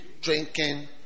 Drinking